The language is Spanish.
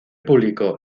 público